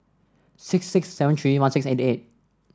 six six seven three one six eight eight